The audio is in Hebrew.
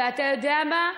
ואתה יודע מה?